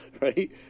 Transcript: right